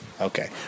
Okay